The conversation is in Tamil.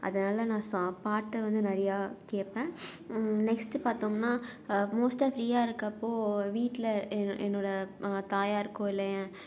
அதனால் நான் ஸா பாட்டு வந்து நிறையா கேட்பேன் நெக்ஸ்டு பார்த்தோம்னா மோஸ்ட்டாக ஃப்ரீயாக இருக்கப்போ வீட்டில் என் என்னோடய தாயாருக்கோ இல்லை என்